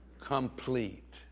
complete